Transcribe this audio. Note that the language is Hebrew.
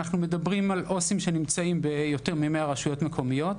עו"סים שנמצאים ביותר ממאה רשויות מקומיות.